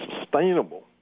sustainable